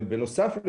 בנוסף,